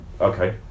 Okay